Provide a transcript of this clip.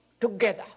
together